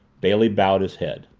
bailey bowed his head.